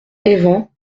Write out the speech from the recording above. even